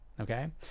okay